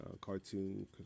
Cartoon